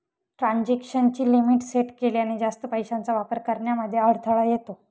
transaction ची limit set केल्याने, जास्त पैशांचा वापर करण्यामध्ये अडथळा येतो